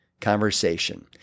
conversation